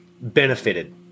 benefited